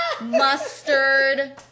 mustard